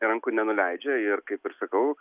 rankų nenuleidžia ir kaip ir sakau